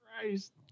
Christ